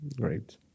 Great